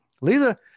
Lisa